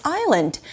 island